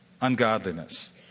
ungodliness